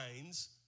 minds